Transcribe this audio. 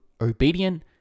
Obedient